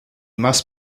must